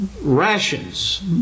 rations